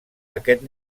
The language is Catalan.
aquest